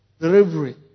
delivery